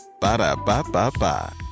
Ba-da-ba-ba-ba